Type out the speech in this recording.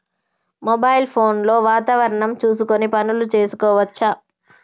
Mobile phone లో వాతావరణం చూసుకొని పనులు చేసుకోవచ్చా?